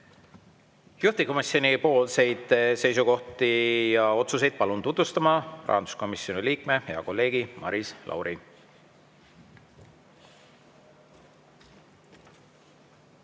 Juhtivkomisjoni seisukohti ja otsuseid palun tutvustama rahanduskomisjoni liikme hea kolleegi Maris Lauri.